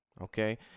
okay